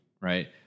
right